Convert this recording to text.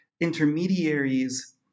intermediaries